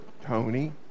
Tony